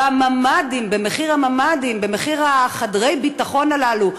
ממ"דים, מחיר הממ"דים, מחיר חדרי הביטחון הללו.